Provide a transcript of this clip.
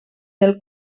del